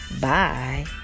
Bye